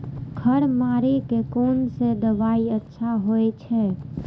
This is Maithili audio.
खर मारे के कोन से दवाई अच्छा होय छे?